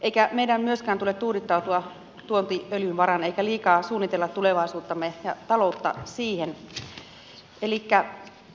eikä meidän myöskään tule tuudittautua tuontiöljyn varaan eikä liikaa suunnitella tulevaisuuttamme ja talouttamme siihen